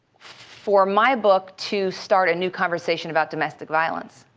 for my book to start a new conversation about domestic violence.